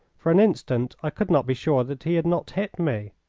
for an instant i could not be sure that he had not hit me.